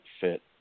fit